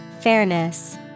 Fairness